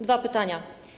Dwa pytania.